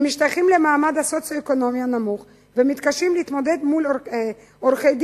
הם משתייכים למעמד הסוציו-אקונומי הנמוך ומתקשים להתמודד מול עורכי-דין,